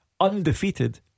undefeated